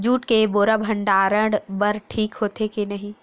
Jute के बोरा भंडारण बर ठीक होथे के नहीं?